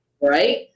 right